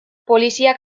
poliziak